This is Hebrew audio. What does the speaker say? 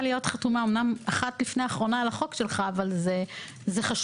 שבמקום שקיות כל מי שבא ויש לו מלא בבית - למי מאתנו אין מתחת